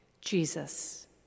Jesus